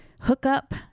hookup